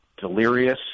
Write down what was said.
Delirious